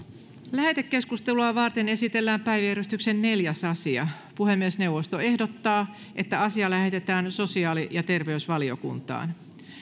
lähetekeskustelua varten esitellään päiväjärjestyksen neljäs asia puhemiesneuvosto ehdottaa että asia lähetetään sosiaali ja terveysvaliokuntaan